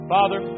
Father